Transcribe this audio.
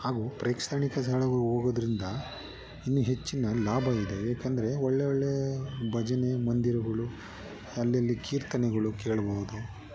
ಹಾಗೂ ಪ್ರೇಕ್ಷಣಿಕ ಸ್ಥಳಗಳು ಹೋಗೋದ್ರಿಂದ ಇನ್ನೂ ಹೆಚ್ಚಿನ ಲಾಭವಿದೆ ಏಕೆಂದ್ರೆ ಒಳ್ಳೆ ಒಳ್ಳೆ ಭಜನೆ ಮಂದಿರಗಳು ಅಲ್ಲಲ್ಲಿ ಕೀರ್ತನೆಗಳು ಕೇಳಬಹುದು